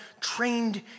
trained